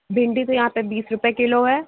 بھنڈی تو یہاں پہ بیس روپئے کلو ہے